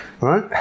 right